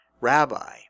rabbi